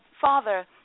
Father